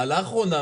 העלאה אחרונה,